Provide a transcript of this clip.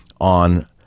on